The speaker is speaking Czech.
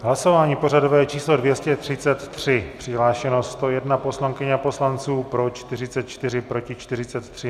Hlasování pořadové číslo 233, přihlášeno 101 poslankyň a poslanců, pro 44, proti 43.